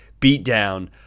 beatdown